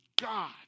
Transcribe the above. God